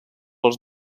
els